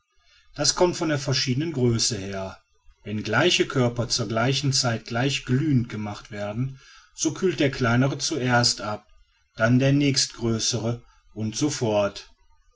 das kommt von ihrer verschiedenen größe her wenn gleiche körper zu gleicher zeit gleich glühend gemacht werden so kühlt der kleinere zuerst ab dann der nächst größere und